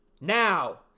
Now